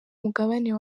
mugabane